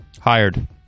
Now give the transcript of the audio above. Hired